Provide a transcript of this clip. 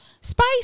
Spice